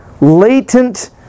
latent